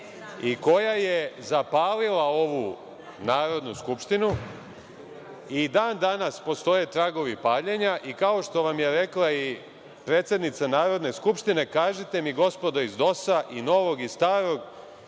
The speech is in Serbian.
I koja je zapalila ovu Narodnu skupštinu i dan danas postoje tragovi paljenja i kao što vam jer rekla predsednica Narodne skupštine, kažite mi gospodo iz DOS-a i novog i starog,